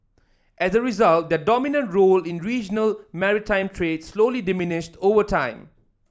as a result their dominant role in regional maritime trade slowly diminished over time